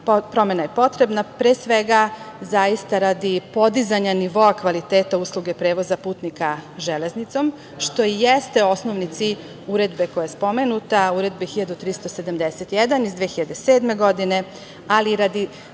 promena je potrebna, pre svega, zaista radi podizanja nivoa kvaliteta usluga prevoza za putnika železnicom, što i jeste osnovni cilj uredbe koja je spomenuta, Uredbe 1371. iz 2007. godine, ali i radi